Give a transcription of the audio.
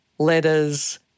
letters